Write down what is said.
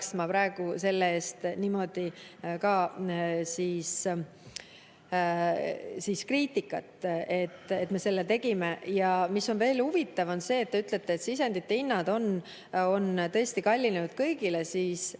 ma praegu selle eest niimoodi ka kriitikat, et me selle tegime. Ja mis on veel huvitav, on see, et te ütlete, et sisendite hinnad on tõesti kallinenud kõigil. Kui